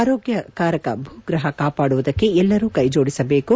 ಆರೋಗ್ಯಕರಕ ಭೂಗ್ರಹ ಕಾಪಾಡುವುದಕ್ಕೆ ಎಲ್ಲರೂ ಕೈ ಜೋಡಿಸಬೇಕು